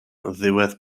ddiwedd